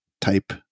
type